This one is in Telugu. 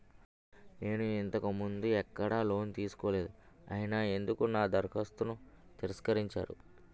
నేను ఇంతకు ముందు ఎక్కడ లోన్ తీసుకోలేదు అయినా ఎందుకు నా దరఖాస్తును తిరస్కరించారు?